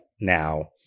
now